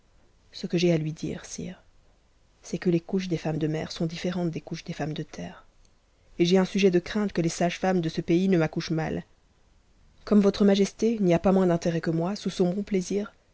ce que j'ai à lui dire sire c'est que les couches des fuîmes de mer sont différentes des couches des femmes de terre et j'ai un sujet de craindre que les sages femmes de ce pays ne m'accouchent utat comme votre majesté n'y a pas moins d'intérêt que moi sous son ûn piaisir